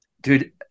dude